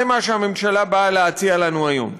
זה מה שהממשלה באה להציע לנו היום.